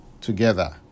together